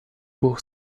pour